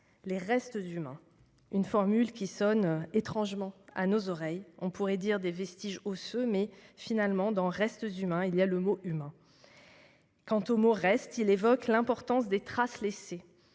« Restes humains »: cette formule sonne étrangement à nos oreilles. On aurait pu dire « vestiges osseux », mais, dans « restes humains », il y a le mot « humain ». Quant aux « restes », ils évoquent l'importance des traces laissées